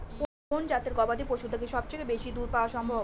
কোন জাতের গবাদী পশু থেকে সবচেয়ে বেশি দুধ পাওয়া সম্ভব?